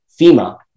FEMA